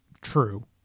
True